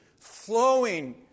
flowing